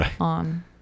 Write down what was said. on